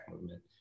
movement